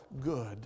good